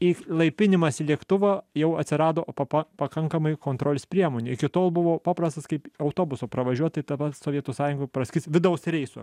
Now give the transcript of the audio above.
įlaipinimas į lėktuvą jau atsirado po pakankamai kontrolės priemonių iki tol buvo paprastas kaip autobusu pravažiuot dabar sovietų sąjungoj praskrist vidaus reisu